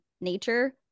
nature